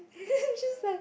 just like